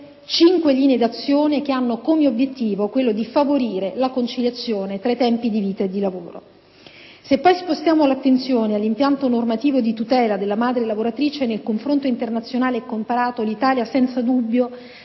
cinque linee di azione che hanno come obiettivo quello di favorire la conciliazione tra i tempi di vita e di lavoro. Se poi spostiamo l'attenzione all'impianto normativo e di tutela della madre lavoratrice nel confronto internazionale e comparato, l'Italia senza dubbio